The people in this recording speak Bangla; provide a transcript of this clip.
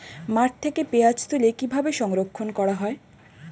মাঠ থেকে পেঁয়াজ তুলে কিভাবে সংরক্ষণ করা হয়?